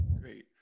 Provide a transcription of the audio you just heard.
Great